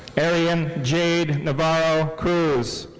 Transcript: arian jade navarro cruz.